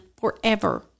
forever